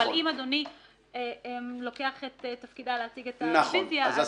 אבל אם אדוני לוקח את תפקידה להציג את הרביזיה אז לחומרה.